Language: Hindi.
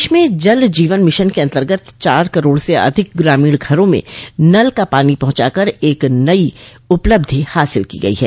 देश में जल जीवन मिशन के अंतर्गत चार करोड़ से अधिक ग्रामीण घरों में नल का पानी पहंचाकर एक नई उपलब्धि हासिल की गइ है